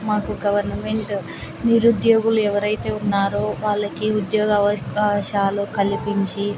మాకు గవర్నమెంట్ నిరుద్యోగులు ఎవరైతే ఉన్నారో వాళ్ళకి ఉద్యోగ అవకాశాలు కల్పించి